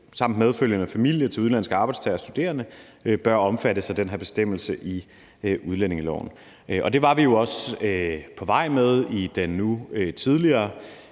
samt medfølgende familie til udenlandske arbejdstagere og studerende bør omfattes af den her bestemmelse i udlændingeloven. Det var vi jo også på vej med i den nu tidligere